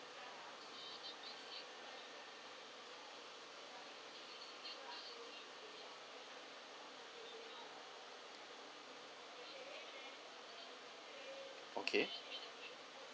okay